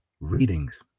readings